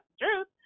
truth